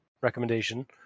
recommendation